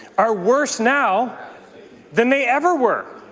are worse now than they ever were.